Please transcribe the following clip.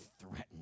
threatened